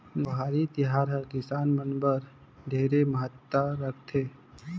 लोहड़ी तिहार हर किसान मन बर ढेरे महत्ता राखथे